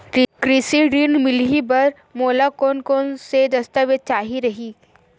कृषि ऋण मिलही बर मोला कोन कोन स दस्तावेज चाही रही?